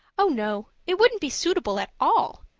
oh, no, it wouldn't be suitable at all.